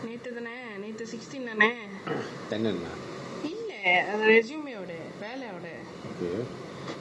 நேத்து தான நேத்து:nethu thaana nethu sixteen தானே இல்ல அந்த:thaane illa antha resume ஓட வேலை ஓட:oda velai oda